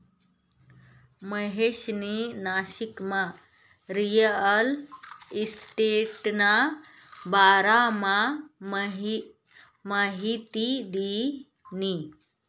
महेशनी नाशिकमा रिअल इशटेटना बारामा माहिती दिनी